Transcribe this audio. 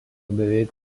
beveik